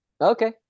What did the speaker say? Okay